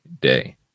day